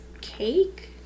cake